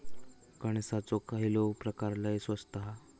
कणसाचो खयलो प्रकार लय स्वस्त हा?